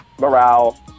Morale